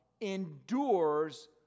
Endures